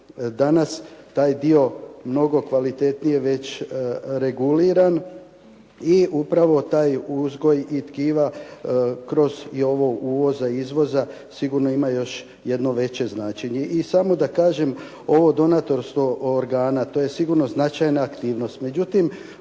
danas taj dio mnogo kvalitetnije već reguliran i upravo taj uzgoj i tkiva kroz i ovo uvoza i izvoza sigurno ima još jedno veće značenje. I samo da kažem, ovo donatorstvo organa, to je sigurno značajna aktivnost.